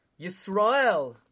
Yisrael